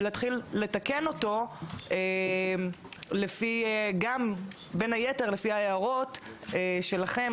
ולהתחיל לתקן אותם בין היתר לפי ההערות שלכם,